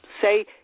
Say